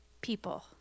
people